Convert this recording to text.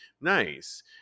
Nice